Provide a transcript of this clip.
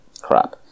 crap